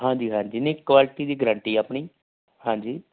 ਹਾਂਜੀ ਹਾਂਜੀ ਨਹੀਂ ਕੁਆਲਿਟੀ ਦੀ ਗਰੰਟੀ ਆ ਆਪਣੀ ਹਾਂਜੀ